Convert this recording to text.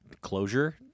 Closure